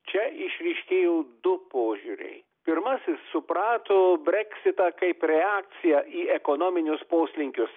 čia išryškėjo du požiūriai pirmasis suprato breksitą kaip reakciją į ekonominius poslinkius